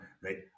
right